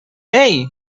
hey